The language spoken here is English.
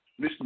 Mr